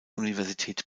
universität